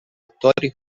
attori